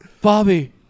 Bobby